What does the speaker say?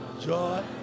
joy